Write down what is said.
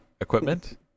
equipment